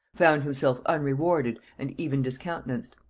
found himself unrewarded and even discountenanced.